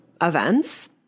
events